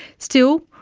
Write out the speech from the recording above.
still,